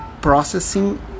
processing